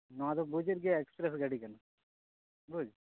ᱱᱚᱣᱟᱫᱚᱢ ᱵᱩᱡᱮᱫ ᱜᱮᱭᱟ ᱮᱠᱥᱯᱨᱮᱥ ᱜᱟᱹᱰᱤ ᱠᱟᱱᱟ ᱵᱩᱡ